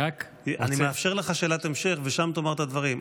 אני מאפשר לך שאלת המשך ושם תאמר את הדברים,